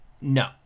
No